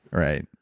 right?